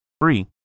Free